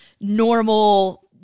normal